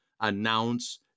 announce